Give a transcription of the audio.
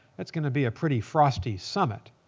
that's going to be a pretty frosty summit.